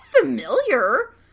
familiar